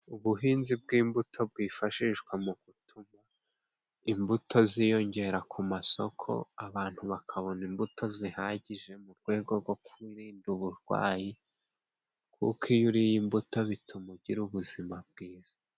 Ubuhinzi bw'imbuto bwifashishwa mu gutuma imbuto ziyongera ku masoko， abantu bakabona imbuto zihagije mu rwego rwo kwirinda uburwayi，kuko iyo uriye imbuto bituma ugira ubuzima bwiza.